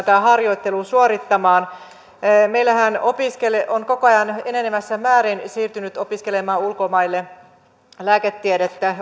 tämä harjoittelu suorittaa meillähän opiskelijoita on koko ajan enenevässä määrin siirtynyt opiskelemaan ulkomaille lääketiedettä